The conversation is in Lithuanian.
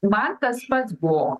man tas patsbuvo